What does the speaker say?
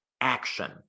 action